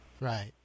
Right